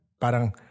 Parang